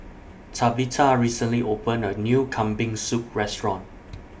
Tabitha recently opened A New Kambing Soup Restaurant